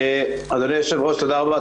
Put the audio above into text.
אדוני היו"ר תודה רבה.